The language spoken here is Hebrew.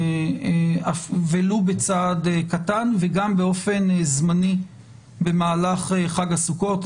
ולו בצעד קטן וגם באופן זמני במהלך חג הסוכות.